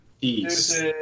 peace